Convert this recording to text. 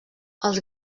els